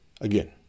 Again